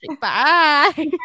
bye